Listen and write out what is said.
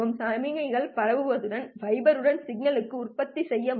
சமிக்ஞைகள் பரப்பியவுடன் ஃபைபர் உங்கள் சிக்னல்களுக்கு உற்பத்தி செய்ய முடியும்